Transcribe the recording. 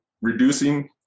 reducing